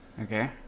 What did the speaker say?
Okay